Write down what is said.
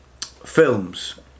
films